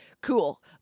Cool